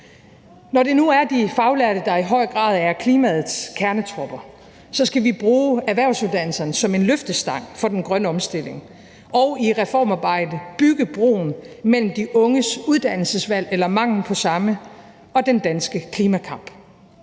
Når det nu er de faglærte, der i høj grad er klimaets kernetropper, skal vi bruge erhvervsuddannelserne som en løftestang for den grønne omstilling og i reformarbejdet bygge broen mellem de unges uddannelsesvalg, eller mangel på samme, og den danske klimakamp.